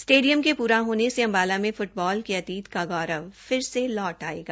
stadium के पूरा होने से अम्बाला में फुटबाल के अतीत का गौरव फिर से लौट आयेगा